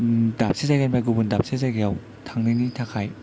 दाबसे जायगानिफ्राय गुबुन दाबसे जायगायाव थांनायनि थाखाय